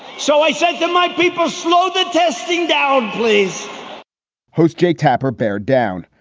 so i shake yeah my people slogan testing down, please host jake tapper bear down,